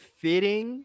fitting